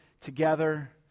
together